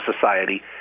society